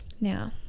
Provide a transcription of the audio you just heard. Now